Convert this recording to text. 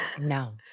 No